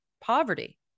poverty